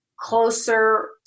closer